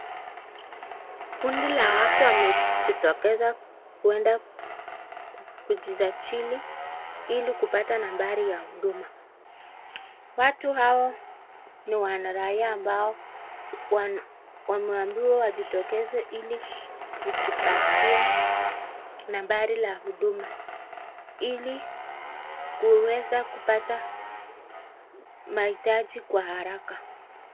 Kundi la watu wamejitokeza kwenda kujisajili ili kupata nambari ya huduma. Watu hao ni wana raia ambao wameambiwa wajitokeze ili kujipatia nambari la huduma ili kuweza kupata mahitaji kwa haraka.